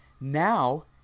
Now